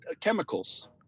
chemicals